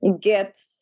get